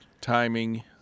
timing